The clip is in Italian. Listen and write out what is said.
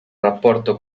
rapporto